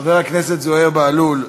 חבר הכנסת זוהיר בהלול,